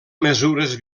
mesures